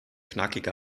knackige